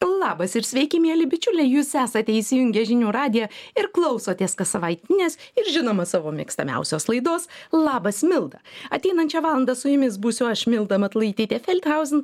labas ir sveiki mieli bičiuliai jūs esate įsijungę žinių radiją ir klausotės kas savaitinės ir žinoma savo mėgstamiausios laidos labas milda ateinančią valandą su jumis būsiu aš milda matulaitytė feldhausen